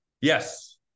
Yes